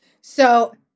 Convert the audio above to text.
So-